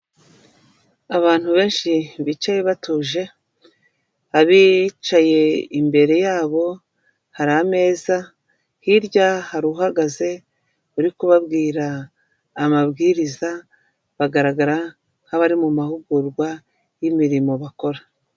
Abantu benshi bicaye batuje, abicaye imbere yabo hari ameza hirya hari uhagaze uri kubabwira ababwiriza. Bagaragara nk'abari mu mahugurwa y'imirimo bakora.